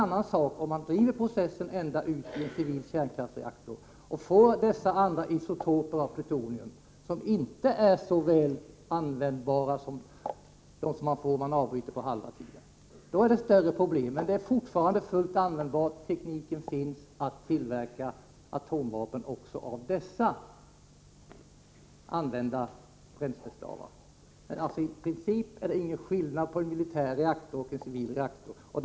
Man driver denna process länge i civila kärnkraftsreaktorer och får då isotoper av plutonium som inte är så väl användbara som de som man får när man avbryter vid halva tiden. Då är det större problem förenade med deras utnyttjande, men de är fortfarande fullt användbara. Tekniken att tillverka atomvapen av använda bränslestavar finns. I princip är det ingen skillnad mellan militära och civila reaktorer.